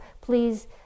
please